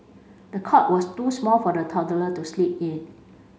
the cot was too small for the toddler to sleep in